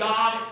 God